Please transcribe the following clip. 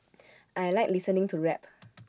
I Like listening to rap